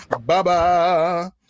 baba